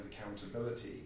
accountability